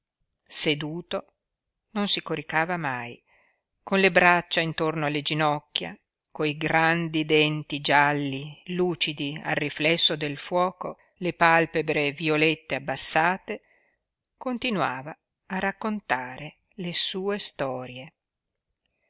seduto non si coricava mai con le braccia intorno alle ginocchia coi grandi denti gialli lucidi al riflesso del fuoco le palpebre violette abbassate continuava a raccontare le sue storie